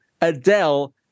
Adele